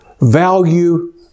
value